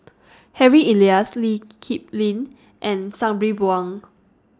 Harry Elias Lee Kip Lin and Sabri Buang